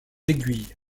aiguilles